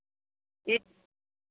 A